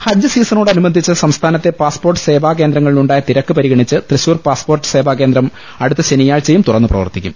ഹജ്ജ് സീസ ണോട് അനു ബ ന്ധിച്ച് സംസ്ഥാ നത്തെ പാസ്പോർട്ട് സേവാകേന്ദ്രങ്ങളിലുണ്ടായ തിരക്ക് പരിഗണിച്ച് തൃശൂർ പാസ്പോർട്ട് സേവാകേന്ദ്രം അടുത്ത ശനിയാഴ്ചയും തുറന്ന് പ്രവർത്തിക്കും